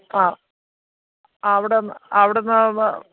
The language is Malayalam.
ആ ആ അവിടെ അവിടെനിന്ന്